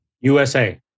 USA